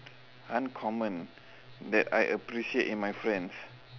uncommon that I appreciate in my friends